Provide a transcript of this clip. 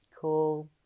cool